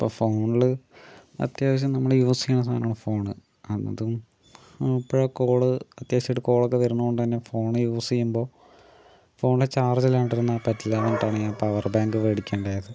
അപ്പോൾ ഫോണില് അത്യാവശ്യം നമ്മള് യൂസ് ചെയ്യണ സാധനാണ് ഫോണ് അതും ഇപ്പം കോള് അത്യാവശ്യായിട്ട് കോളൊക്കെ വരണ കൊണ്ട് തന്നെ ഫോണ് യൂസ് ചെയ്യുമ്പോൾ ഫോണിലെ ചാർജ് ഇല്ലാണ്ടിരുന്നാൽ പറ്റില്ല എന്നിട്ടാണ് ഞാൻ പവർ ബാങ്ക് മേടിക്കാൻ ഉണ്ടായത്